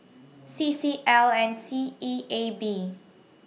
C C L and S E A B